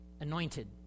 anointed